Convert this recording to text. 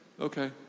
okay